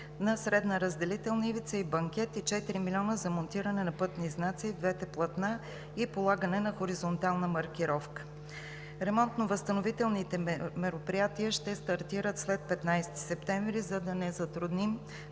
на средна разделителна ивица и банкет, и 4 милиона за монтиране на пътни знаци в двете платна, и полагане на хоризонтална маркировка. Ремонтно-възстановителните мероприятия ще стартират след 15 септември, за да не затрудним